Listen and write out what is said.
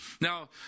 Now